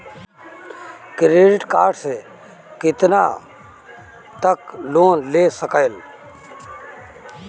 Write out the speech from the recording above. Credit card से कितना तक लोन ले सकईल?